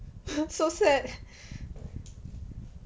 so sad